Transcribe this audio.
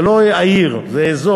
זה לא העיר, זה אזור.